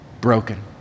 broken